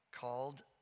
called